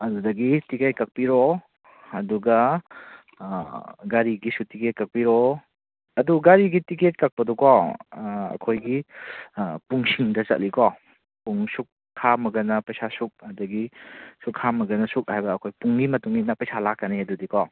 ꯑꯗꯨꯗꯒꯤ ꯇꯤꯛꯀꯦꯠ ꯀꯛꯄꯤꯔꯣ ꯑꯗꯨꯒ ꯒꯥꯔꯤꯒꯤꯁꯨ ꯇꯤꯛꯀꯦꯠ ꯀꯛꯄꯤꯔꯣ ꯑꯗꯨ ꯒꯥꯔꯤꯒꯤ ꯇꯤꯛꯀꯦꯠ ꯀꯛꯄꯗꯣꯀꯣ ꯑꯩꯈꯣꯏꯒꯤ ꯄꯨꯡꯁꯤꯡꯗ ꯆꯠꯂꯤꯀꯣ ꯄꯨꯡ ꯁꯨꯛ ꯈꯥꯝꯃꯒꯅ ꯄꯩꯁꯥ ꯁꯨꯛ ꯑꯗꯒꯤ ꯁꯨꯛ ꯈꯥꯝꯃꯒꯅ ꯁꯨꯛ ꯍꯥꯏꯕ ꯑꯩꯈꯣꯏ ꯄꯨꯡꯒꯤ ꯃꯇꯨꯡ ꯏꯟꯅ ꯄꯩꯁꯥ ꯂꯥꯛꯀꯅꯤ ꯑꯗꯨꯗꯤꯀꯣ